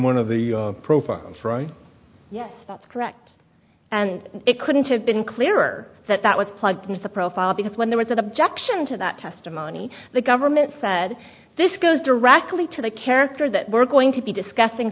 right yes that's correct and it couldn't have been clearer that that was plugged into the profile because when there was an objection to that testimony the government said this goes directly to the character that we're going to be discussing